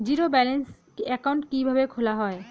Zero balance account কিভাবে খোলা হয়?